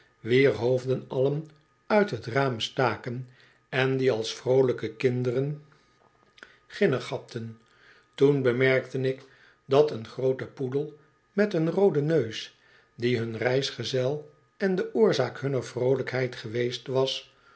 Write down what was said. wier hoofden allen uit het raam staken en die als vr ooi ijk e kinderen ginnegapten toen bemerkte ik dat een groote poedel met een rooden neus die hun reisgezel en de oorzaak hunner vroolijkheid geweest was